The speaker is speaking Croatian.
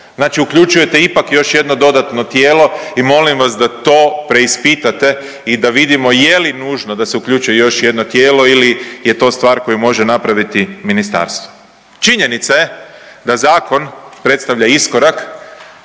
Znači uključujete ipak još jedno dodatno tijelo i molim vas da to preispitate i da vidimo je li nužno da se uključuje još jedno tijelo ili je to stvar koju može napraviti ministarstvo. Činjenica je da zakon predstavlja iskorak.